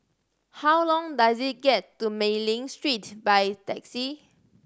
how long does it get to Mei Ling Street by taxi